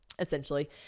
essentially